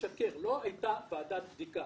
לא הייתה ועדת בדיקה.